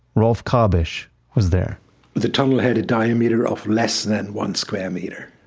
ralph kabisch was there with the total headed diameter of less than one square meter.